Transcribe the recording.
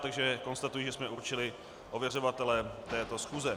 Takže konstatuji, že jsme určili ověřovatele této schůze.